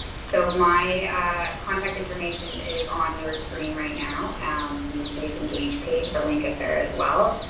so my contact information is on your screen right now and the cities engage page. the link is there as well,